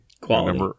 quality